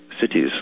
cities